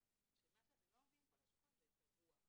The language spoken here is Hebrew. שמה שאתם לא מביאים לשולחן זאת הרוח.